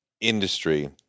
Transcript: industry